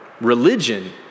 religion